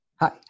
Hi